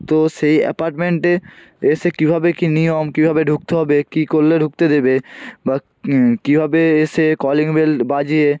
তো সেই অ্যাপার্টমেন্টে এসে কীভাবে কী নিয়ম কীভাবে ঢুকতে হবে কী করলে ঢুকতে দেবে বা কীভাবে এসে কলিং বেল বাজিয়ে